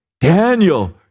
Daniel